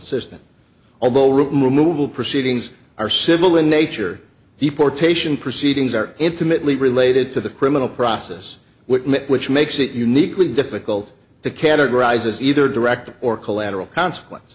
system although removal proceedings are civil in nature deportation proceedings are intimately related to the criminal process which makes it uniquely difficult to categorise as either direct or collateral consequence